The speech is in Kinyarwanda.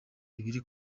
ibiri